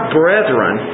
brethren